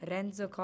Renzo